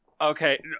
Okay